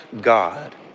God